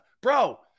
bro